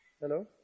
Hello